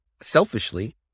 Selfishly